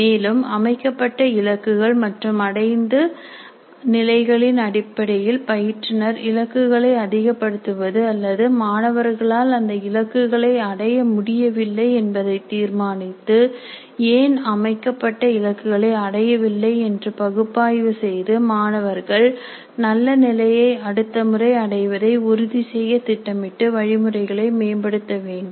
மேலும் அமைக்கப்பட்ட இலக்குகள் மற்றும் அடைந்த நிலைகளின் அடிப்படையில் பயிற்றுனர் இலக்குகளை அதிகப்படுத்துவது அல்லது மாணவர்களால் அந்த இலக்குகளை அடைய முடியவில்லை என்பதை தீர்மானித்து ஏன் அமைக்கப்பட்ட இலக்குகளை அடைய வில்லை என்று பகுப்பாய்வு செய்து மாணவர்கள் நல்ல நிலையை அடுத்தமுறை அடைவதை உறுதி செய்ய திட்டமிட்டு வழிமுறைகளை மேம்படுத்தவேண்டும்